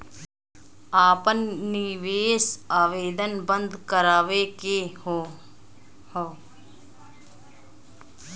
आपन निवेश आवेदन बन्द करावे के हौ?